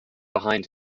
behind